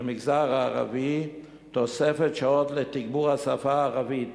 במגזר הערבי תוספת שעות לתגבור השפה הערבית,